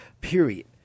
period